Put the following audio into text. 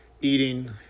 eating